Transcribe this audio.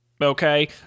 Okay